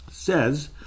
says